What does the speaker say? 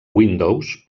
windows